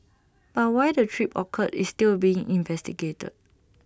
but why the trip occurred is still being investigated